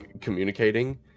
communicating